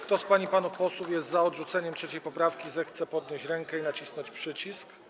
Kto z pań i panów posłów jest za odrzuceniem 3. poprawki, zechce podnieść rękę i nacisnąć przycisk.